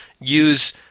use